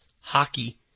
hockey